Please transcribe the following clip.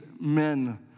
men